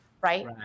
Right